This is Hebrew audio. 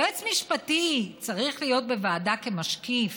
יועץ משפטי צריך להיות בוועדה כמשקיף,